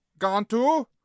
Gantu